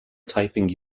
typing